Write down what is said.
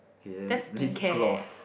okay uh lip gloss